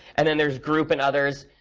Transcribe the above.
and then there's group and others.